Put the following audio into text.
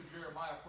Jeremiah